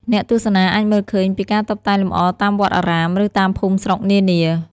អ្នកទស្សនាអាចមើលឃើញពីការតុបតែងលម្អតាមវត្តអារាម ឬតាមភូមិស្រុកនានា។